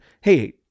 hey